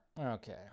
Okay